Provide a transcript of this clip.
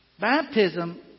Baptism